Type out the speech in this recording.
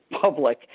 public